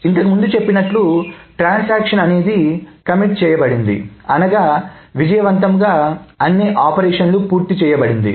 ఇంతకు ముందు చెప్పినట్లు ట్రాన్సాక్షన్ అనేది కమిట్ చేయబడింది అనగా విజయవంతంగా అన్ని ఆపరేషన్ లు పూర్తి చేయబడింది